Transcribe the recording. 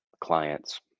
clients